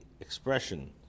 expression